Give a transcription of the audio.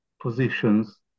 positions